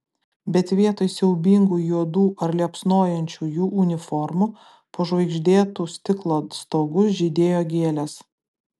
bet vietoj siaubingų juodų ar liepsnojančių jų uniformų po žvaigždėtu stiklo stogu žydėjo gėlės